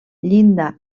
llinda